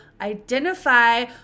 identify